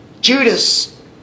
Judas